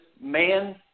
man